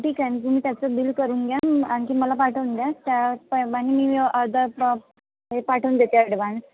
ठीक आहे ना तुम्ही त्याचं बिल करून घ्या आणखीन मला पाठवून द्या त्याप्रमाणे मी आजच हे पाठवून देते ॲडव्हान्स